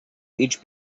each